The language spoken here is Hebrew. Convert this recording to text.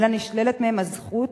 אלא נשללת מהם הזכות